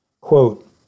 Quote